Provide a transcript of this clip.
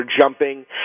jumping